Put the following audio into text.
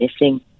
missing